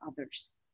others